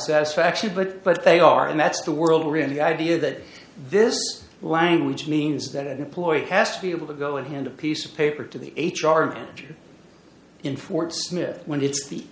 satisfaction but but they are and that's the world really the idea that this language means that an employee has to be able to go and hand a piece of paper to the h r manager in fort smith when it's the